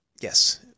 Yes